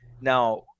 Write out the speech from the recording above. Now